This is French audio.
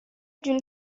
d’une